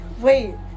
wait